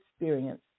experience